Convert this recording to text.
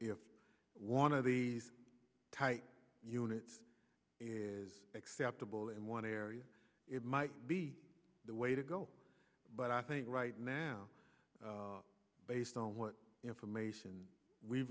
have one of these tight unit is acceptable and one area it might be the way to go but i think right now based on what information we